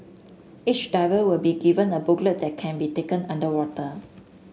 each diver will be given a booklet that can be taken underwater